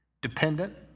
dependent